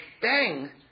bang